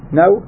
no